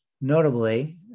notably